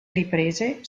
riprese